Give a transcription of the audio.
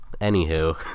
anywho